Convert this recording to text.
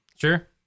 sure